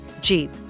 Jeep